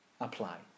apply